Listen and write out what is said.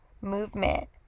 movement